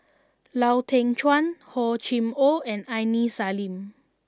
Lau Teng Chuan Hor Chim Or and Aini Salim